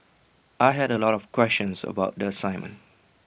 I had A lot of questions about the assignment